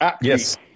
Yes